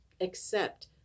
accept